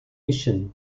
mission